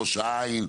ראש העין,